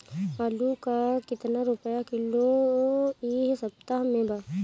आलू का कितना रुपया किलो इह सपतह में बा?